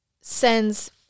sends